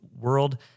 world